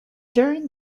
during